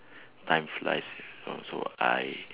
time flies oh so I